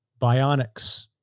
bionics